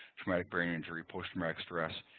traumatic brain injury, post-traumatic stress.